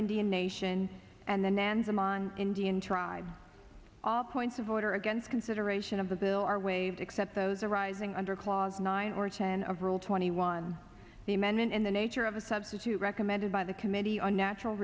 indian nation and then indian tribes all points of order against consideration of the bill are waived except those arising under clause nine or ten of rule twenty one the amendment in the nature of a substitute recommended by the committee on natural